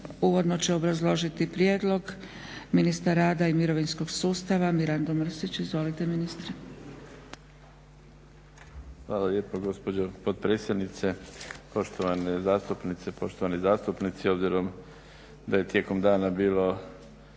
uvodno će obrazložiti prijedlog ministar rada i mirovinskog sustava Mirando Mrsić. Izvolite ministre. **Mrsić, Mirando (SDP)** Hvala lijepo gospođo potpredsjednice. Poštovane zastupnice, poštovani zastupnici. Obzirom da je tijekom dana bilo